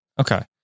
Okay